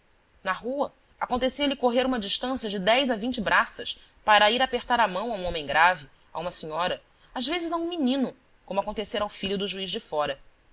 na rua acontecia lhe correr uma distancia de dez a vinte braças para ir apertar a mão a um homem grave a uma senhora às vezes a um menino como acontecera ao filho do juiz de fora